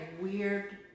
weird